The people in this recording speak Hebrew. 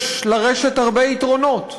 יש לרשת הרבה יתרונות.